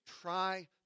Try